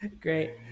Great